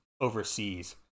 overseas